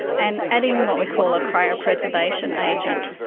and adding what we call a cryopreservation agent.